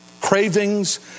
cravings